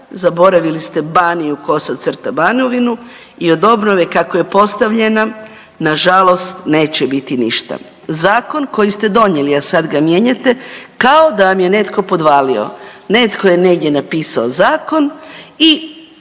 zaboravili ste Baniju/Banovinu i od obnove, kako je postavljena nažalost neće biti ništa. Zakon koji ste donijeli, a sad ga mijenjate, kao da vam je netko podvalio. Netko je negdje napisao zakon i